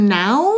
now